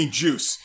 juice